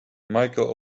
michael